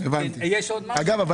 אגב,